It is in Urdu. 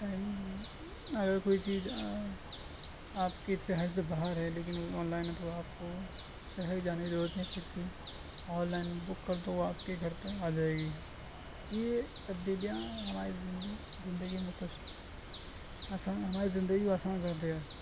اگر کوئی چیز آپ کے شہر سے باہر ہے لیکن آن لائن ہے تو آپ کو شہر جانے کی ضرورت نہیں پڑتی آن لائن بک کر دو آپ کے گھر پہ آ جائے گی یہ تبدیلیاں ہمارے زندگی زندگی میں تو آسان ہماری زندگی کو آسان کرتی ہے